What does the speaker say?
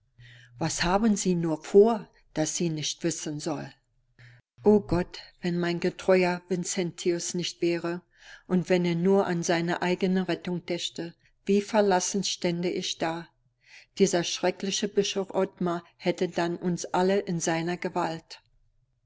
was haben sie nur vor das sie nicht wissen soll o gott wenn mein getreuer vincentius nicht wäre und wenn er nur an seine eigene rettung dächte wie verlassen stände ich da dieser schreckliche bischof ottmar hätte dann uns alle in seiner gewalt